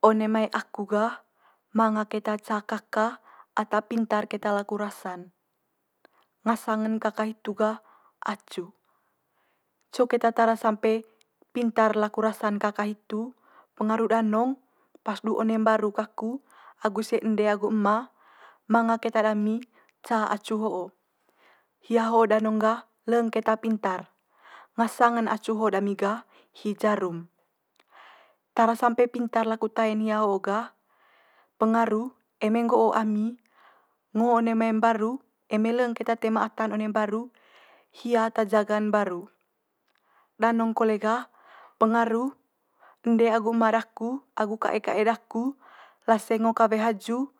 One mai aku gah manga keta ca kaka ata pintar keta laku rasa'n. Ngasang en kaka hitu gah acu. Co keta tara sampe pintar keta laku rasa'n kaka hitu, pengaru danong pas du one mbaru kaku agu ise ende agu ema manga keta dami ca acu ho'o. Hia ho danong gah leng keta pintar. Ngasang en acu ho'o dami gah hi jarum. Tara sampe pintar laku tae'n hia ho gah, pengaru eme nggo'o ami ngo one mai mbaru, eme leng keta toe ma ata'n one mbaru hia ata jaga'n mbaru. Danong kole gah pengaru ende agu ema daku agu kae kae daku laseng ngo kawe haju.